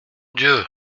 dieu